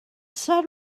said